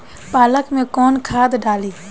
पालक में कौन खाद डाली?